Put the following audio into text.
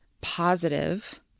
positive